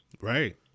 Right